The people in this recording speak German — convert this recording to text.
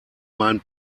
mein